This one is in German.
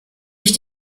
ich